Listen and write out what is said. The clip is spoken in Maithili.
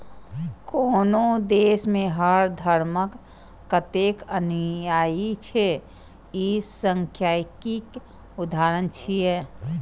कोनो देश मे हर धर्मक कतेक अनुयायी छै, ई सांख्यिकीक उदाहरण छियै